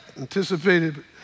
anticipated